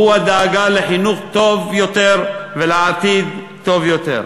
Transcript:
והוא הדאגה לחינוך טוב יותר ולעתיד טוב יותר.